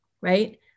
right